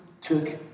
took